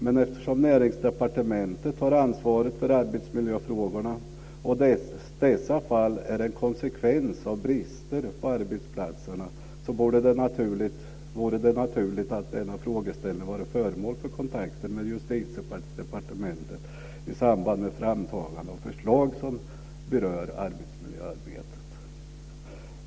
Men eftersom Näringsdepartementet har ansvaret för arbetsmiljöfrågorna - och de här fallen är en konsekvens av brister på arbetsplatserna - vore det naturligt att denna frågeställning blev föremål för kontakter med Justitiedepartementet i samband med framtagande av förslag som berör arbetsmiljöarbetet.